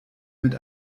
mit